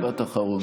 משפט אחרון,